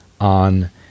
on